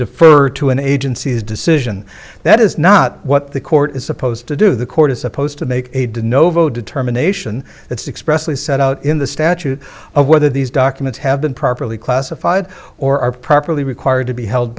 defer to an agency's decision that is not what the court is supposed to do the court is supposed to make a did no vote determination that's expressly set out in the statute of whether these documents have been properly classified or are properly required to be held